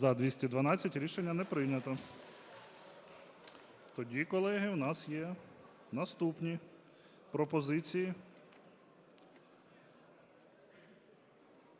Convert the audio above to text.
За-212 Рішення не прийнято. Тоді, колеги, в нас є наступні пропозиції.